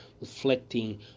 reflecting